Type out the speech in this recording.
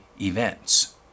events